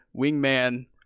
wingman